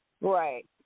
Right